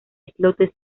islotes